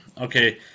Okay